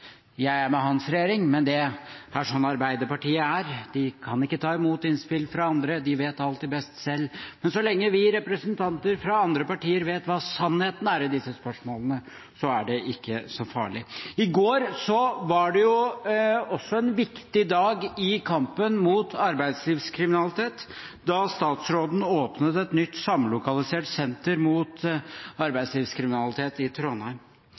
jeg er med hans regjering, men det er sånn Arbeiderpartiet er – de kan ikke ta imot innspill fra andre, de vet alltid best selv. Men så lenge vi representanter fra andre partier vet hva sannheten er i disse spørsmålene, er det ikke så farlig. I går var også en viktig dag i kampen mot arbeidslivskriminalitet, da statsråden åpnet et nytt samlokalisert senter mot arbeidslivskriminalitet i Trondheim.